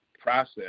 process